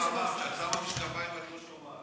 איך אמרת, כשאת שמה משקפיים את לא שומעת.